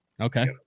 okay